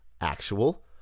actual